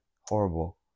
Horrible